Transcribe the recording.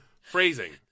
Phrasing